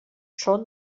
són